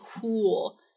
cool